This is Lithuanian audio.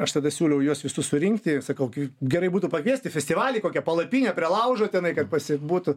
aš tada siūliau juos visus surinkti sakau gerai būtų pakviest į festivalį į kokią palapinę prie laužo tenai kad pasibūtų